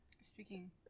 speaking